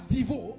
Divo